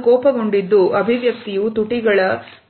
ಅವನು ಕೋಪಗೊಂಡಿದ್ದು ಅಭಿವ್ಯಕ್ತಿಯು ತುಟಿಗಳ